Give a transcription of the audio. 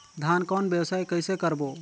धान कौन व्यवसाय कइसे करबो?